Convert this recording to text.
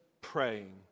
praying